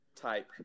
type